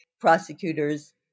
Prosecutors